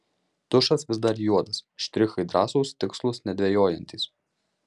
tušas vis dar juodas štrichai drąsūs tikslūs nedvejojantys